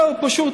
זהו, פשוט.